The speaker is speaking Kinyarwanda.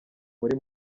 muri